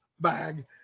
bag